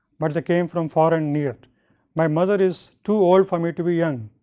but they came from far and near my mother is too old for me, to be young,